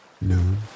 noon